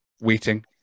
waiting